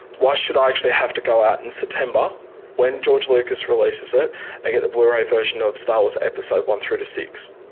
why should i actually have to go out in september when george lucas releases it and get the blu ray version of star wars episode one through to six.